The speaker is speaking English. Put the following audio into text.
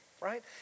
right